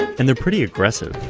and they're pretty aggressive.